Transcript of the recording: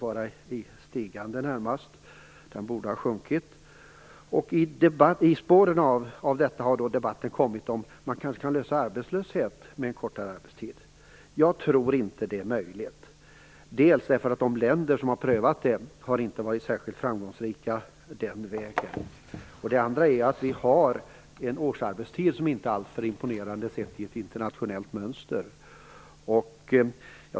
Jag tror att parterna själva i kommande avtalsrörelser har förmågan, viljan och orken att göra prioriteringar när det gäller arbetstidsförkortning, kompetensutbildning eller annat. Det är viktigt att vi ger parterna chansen att komma överens om vilka frågor som skall prioriteras i framtiden. Arbetstidskommittén ser också över hur arbetstidsfrågorna berör kvinnor och män.